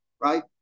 right